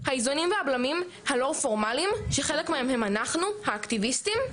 האיזונים והבלמים הלא פורמליים שחלק מהם הם אנחנו האקטיביסטים,